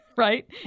right